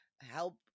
help